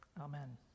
Amen